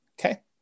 Okay